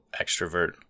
extrovert